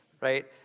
right